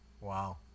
Wow